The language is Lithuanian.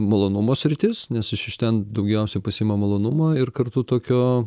malonumo sritis nes iš iš ten daugiausia pasiima malonumo ir kartu tokio